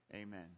Amen